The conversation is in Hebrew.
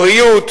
בריאות.